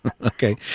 Okay